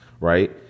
right